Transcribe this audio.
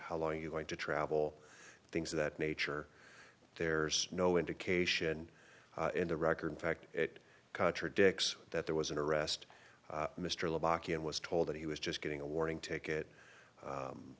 how long you going to travel things of that nature there's no indication in the record fact it contradicts that there was an arrest mr locky and was told that he was just getting a warning